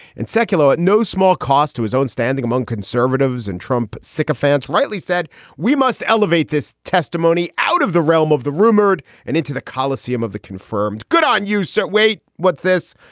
and secular at no small cost to his own standing among conservatives and trump sycophants rightly said we must elevate this testimony out of the realm of the rumored and into the coliseum of the confirmed. good on you set. wait, what's this?